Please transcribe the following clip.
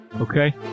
Okay